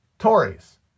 Tories